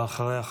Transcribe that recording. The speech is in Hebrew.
ואחריה,